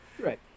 Right